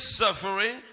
suffering